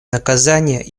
наказания